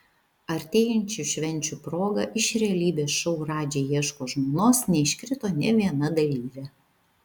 artėjančių švenčių proga iš realybės šou radži ieško žmonos neiškrito nė viena dalyvė